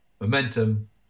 Momentum